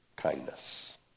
kindness